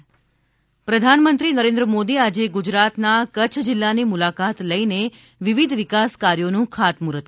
પ્રધાનમંત્રી પ્રધાનમંત્રી નરેન્દ્ર મોદી આજે ગુજરાતના કચ્છ જિલ્લાની મુલાકાત લઇને વિવિધ વિકાસ કાર્યોનું ખાતમૂહર્ત કરશે